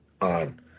on